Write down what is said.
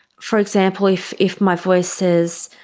for example, if if my voice says,